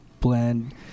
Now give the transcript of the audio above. blend